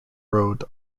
road